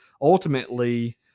ultimately